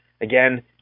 again